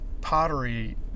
Pottery